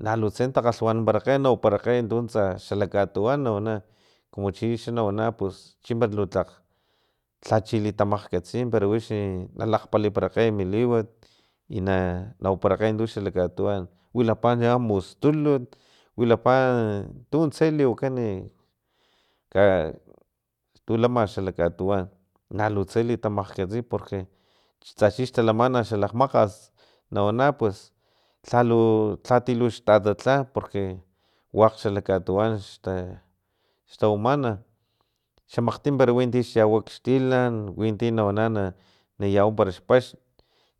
Nalutse takgalghwanamparakge nawaparakgey xala katuwan nawan kumuchi xa nawana pus chimpe lu tlak lhalu chi litamakgkatsi para wix na lakgpaliparakey mi liwat i na nawaparakgey tuxa lakatuwan wilapa ama mustulut wilapa tuntse liwakan ka tu lama xalakatuwan nalutse li tamakgkatsi porque tsa chixtalaman xalakgmakgas nawana pus lhalhu lhati luxtatatla porque wakg xalak katuwan xta xtawamana xamakgtim para wintix yawa xtilan winti nawana nayawa para xpaxn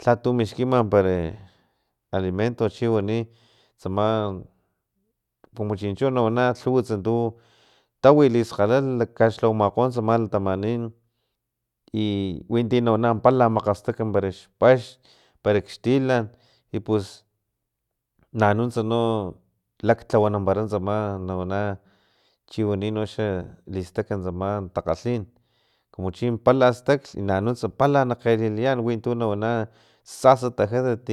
lhatu mixkima para alimento para chiwani tsama cumu chincho nawana lhuwats tawi liskgalalh lakaslhawamakgo tsama latamanin y winti nawana pala na makgastakg para xpaxn parak xtilan i pus nanuntsa no laklhawanampara tsama nawana chiwani noxa listaka tsama takgalhin kumuchimpala staklh nanunts pala kgelilayan wi tu nawana tsatsa tajatat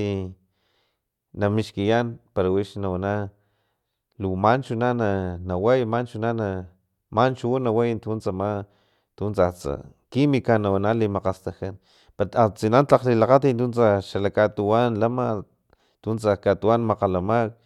na mixkiyan para wix no nawana manchu way nana manchu u na way tuntsama tuntsatsa kimika na wana limakgastajkan atsina tlak lilakgatit tun tsa xalak katuwan lama tuntsa katuwan makgalamak.